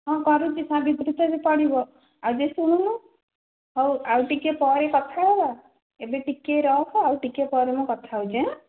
ହଁ କରୁଛି ସାବିତ୍ରୀ ତ ଏବେ ପଡ଼ିବ ଆଉ ଏ ଶୁଣୁନୁ ହଉ ଆଉ ଟିକିଏ ପରେ କଥା ହେବା ଏବେ ଟିକିଏ ରଖ ଆଉ ଟିକିଏ ପରେ ମୁଁ କଥା ହେଉଛି ଆଁ